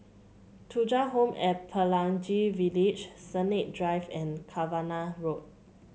Thuja Home at Pelangi Village Sennett Drive and Cavenagh Road